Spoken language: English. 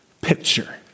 picture